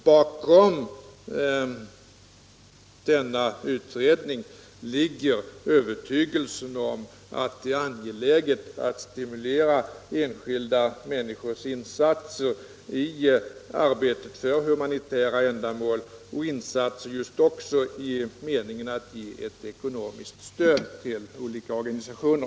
Bakom tillsättandet av utredningen ligger övertygelsen att det är angeläget att stimulera enskilda människors insatser i arbetet för humanitära ändamål och även insatser just i meningen att ge ett ekonomiskt stöd till olika organisationer.